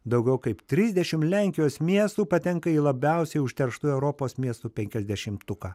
daugiau kaip trisdešim lenkijos miestų patenka į labiausiai užterštų europos miestų penkiasdešimtuką